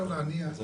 כן.